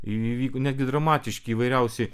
įvyko netgi dramatiški įvairiausi